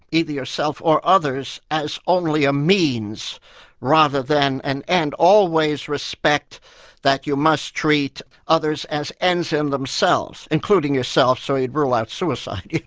either yourself or others, as only a means rather than an end, always respect that you must treat others as ends in um themselves, including yourself, so you'd rule out suicide.